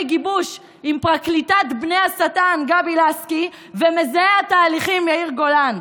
גיבוש עם פרקליטת בני השטן גבי לסקי ומזהה התהליכים יאיר גולן.